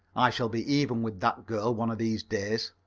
i shall be even with that girl one of these days.